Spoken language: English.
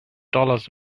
dollars